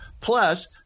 Plus